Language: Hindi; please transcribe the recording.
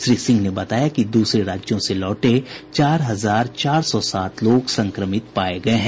श्री सिंह ने बताया कि दूसरे राज्यों से लौटे चार हजार चार सौ सात लोग संक्रमित पाये गये हैं